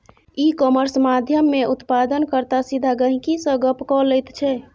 इ कामर्स माध्यमेँ उत्पादन कर्ता सीधा गहिंकी सँ गप्प क लैत छै